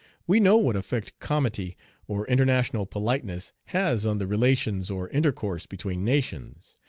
we know what effect comity or international politeness has on the relations or intercourse between nations.